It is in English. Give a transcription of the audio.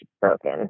broken